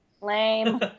Lame